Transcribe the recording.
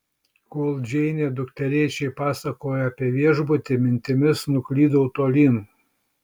kol džeinė dukterėčiai pasakojo apie viešbutį mintimis nuklydau tolyn